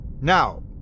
Now